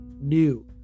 new